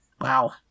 Wow